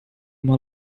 uma